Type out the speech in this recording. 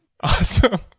Awesome